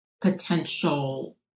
potential